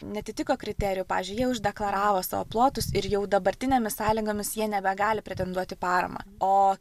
neatitiko kriterijų pavyzdžiui jie uždeklaravo savo plotus ir jau dabartinėmis sąlygomis jie nebegali pretenduot į paramą o